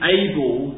able